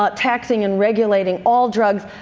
but taxing and regulating all drugs,